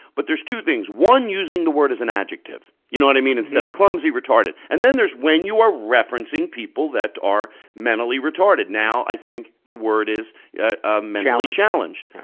but there's two things. one, using the word as an adjective, you know what i mean instead of clumsy, retarded. and then there's when you are referencing people that are mentally retarded. now i think the word is yeah ah mentally challenged.